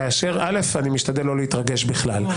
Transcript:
קודם כול, אני משתדל לא להתרגש בכלל.